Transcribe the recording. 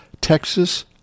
Texas